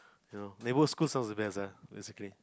you know neighbourhood school sounds the best ah basically